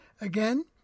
Again